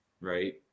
Right